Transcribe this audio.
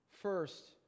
First